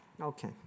Okay